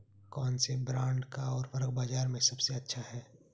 कौनसे ब्रांड का उर्वरक बाज़ार में सबसे अच्छा हैं?